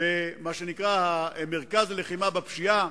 במה שנקרא מרכז לחימה בפשיעה,